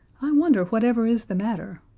i wonder whatever is the matter.